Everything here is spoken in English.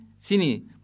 sini